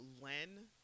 Len